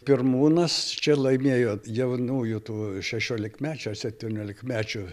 pirmūnas čia laimėjo jaunųjų tų šešiolikmečių septyniolikmečių